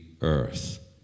earth